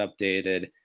updated